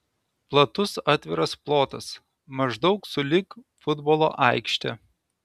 platus atviras plotas maždaug sulig futbolo aikšte